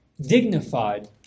dignified